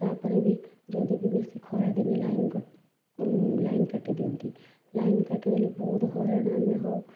ତା'ପରେ ବି ଯଦି ବି ବେଶି ଖରାଦିନେ ଲାଇନ୍ କଟେ ଲାଇନ୍ କାଟି ଦିଅନ୍ତି ଲାଇନ୍ କାଟି ଦେଲେ ବହୁତ ହଇରାଣ ଆମେ ହେଉ